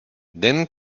then